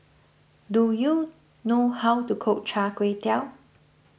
do you know how to cook Char Kway Teow